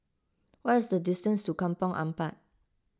what is the distance to Kampong Ampat